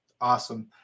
Awesome